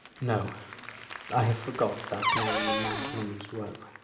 no i have forgot that name, and that name's woe.